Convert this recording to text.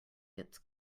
gets